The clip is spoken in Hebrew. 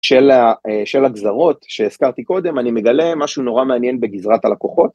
של הגזרות שהזכרתי קודם, אני מגלה משהו נורא מעניין בגזרת הלקוחות.